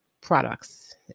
products